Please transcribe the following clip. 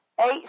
eight